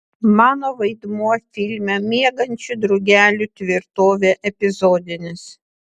mano vaidmuo filme miegančių drugelių tvirtovė epizodinis